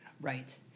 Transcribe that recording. Right